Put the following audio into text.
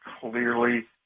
clearly